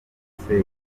bisekuru